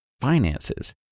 Finances